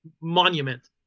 monument